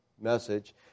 message